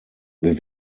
wir